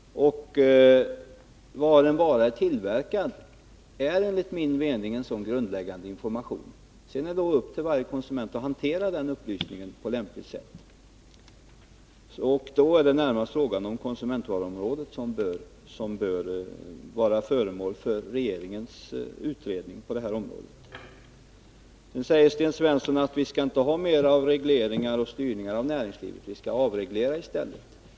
Var en vara är tillverkad är enligt min mening en sådan grundläggande information. Sedan är det upp till varje konsument att hantera den informationen på lämpligt sätt. Det är alltså närmast konsumentvaruområdet som bör vara föremål för regeringens utredning. Sten Svensson säger att vi inte skall ha mer av reglering och styrning av näringslivet utan i stället skall vi avreglera.